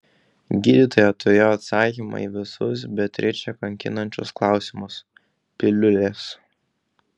gydytoja turėjo atsakymą į visus beatričę kankinančius klausimus piliulės